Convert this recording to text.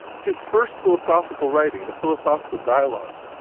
his first philosophical writing, the philosophical dialogues,